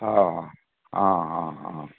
हय आं हां हां